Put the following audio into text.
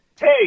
hey